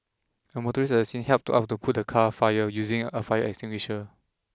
a motorist at the scene helped out to put the car fire using a fire extinguisher